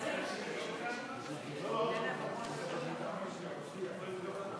הצעת ועדת הכנסת להעביר את הצעת חוק